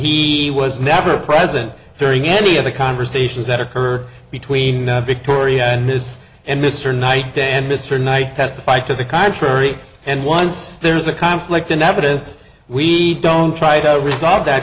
he was never present during any of the conversations that occurred between victoria and this and mr knight then mr knight testified to the contrary and once there is a conflict in evidence we don't try to resolve that